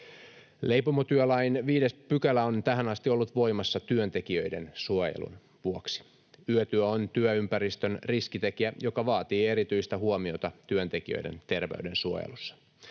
Leipomotyölain 5 § on tähän asti ollut voimassa työntekijöiden suojelun vuoksi. Yötyö on työympäristön riskitekijä, joka vaatii erityistä huomiota työntekijöiden terveyden suojelussa.